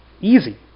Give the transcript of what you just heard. easy